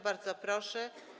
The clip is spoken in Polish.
Bardzo proszę.